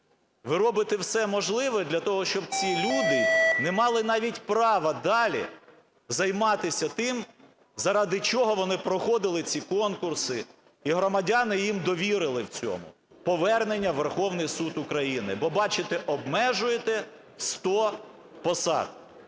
ви робите все можливе для того, щоб ці люди не мали навіть права далі займатися тим, заради чого вони проходили ці конкурси, і громадяни їм довірили в цьому, повернення в Верховний Суд України, бо, бачите, обмежуєте 100 посад.